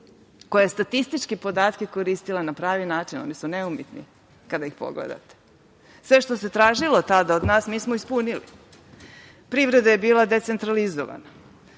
koja je statističke podatke koristila na pravi način. Oni su neumitni kada ih pogledate. Sve što se tražilo tada od nas mi smo ispunili. Privreda je bila decentralizovana,